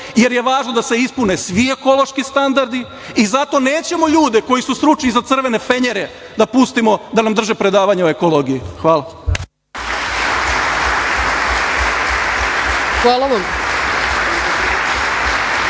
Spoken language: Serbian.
jer je važno da se ispune svi ekološki standardi. Zato nećemo ljude koji su stručni za „crvene fenjere“ da pustimo da nam drže predavanje o ekologiji. Hvala. **Ana